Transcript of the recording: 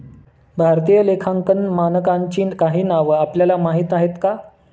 भारतीय लेखांकन मानकांची काही नावं आपल्याला माहीत आहेत का?